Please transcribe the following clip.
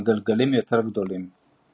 וגלגלים גדולים יותר.